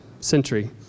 century